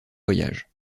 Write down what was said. voyage